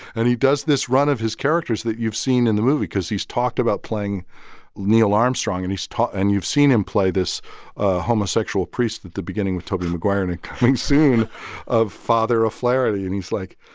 and he does this run of his characters that you've seen in the movie because he's talked about playing neil armstrong. and he's and you've seen him play this homosexual priest at the beginning with tobey maguire in a coming soon of father o'flaherty. and he's like,